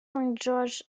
george’s